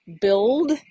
build